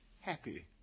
happy